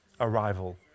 arrival